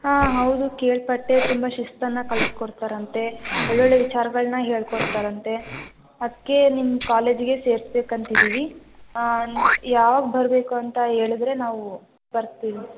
ಹಾಂ ಹೌದು ಕೇಳ್ಪಟ್ಟೆ ತುಂಬ ಶಿಸ್ತನ್ನು ಕಲಿಸ್ಕೊಡ್ತಾರಂತೆ ಒಳ್ಳೊಳ್ಳೆಯ ವಿಚಾರಗಳ್ನ ಹೇಳಿಕೊಡ್ತಾರಂತೆ ಅದಕ್ಕೇ ನಿಮ್ಮ ಕಾಲೇಜಿಗೆ ಸೇರ್ಸ್ಬೇಕಂತಿದ್ದೀವಿ ಆಂ ಯಾವಾಗ ಬರಬೇಕು ಅಂತ ಹೇಳದ್ರೆ ನಾವು ಬರ್ತೀವಿ